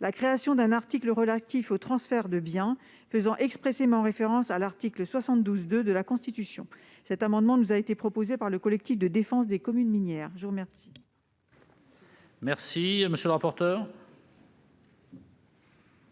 la création d'un article relatif au transfert de biens, faisant expressément référence à l'article 72-2 de la Constitution. Cet amendement nous a été proposé par le collectif de défense des communes minières. Quel